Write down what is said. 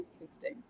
interesting